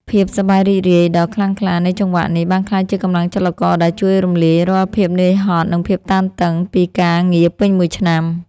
ភាពសប្បាយរីករាយដ៏ខ្លាំងក្លានៃចង្វាក់នេះ បានក្លាយជាកម្លាំងចលករដែលជួយរំលាយរាល់ភាពនឿយហត់ និងភាពតានតឹងពីការងារពេញមួយឆ្នាំ។